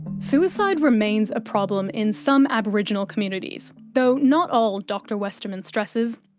suicide remains a problem in some aboriginal communities, though not all, dr westerman stresses.